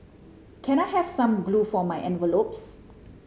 can I have some glue for my envelopes